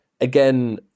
again